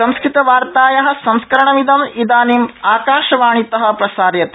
संस्कृतवार्ताया संस्करणमिद इदानीम् आकाशवाणीत प्रसार्यते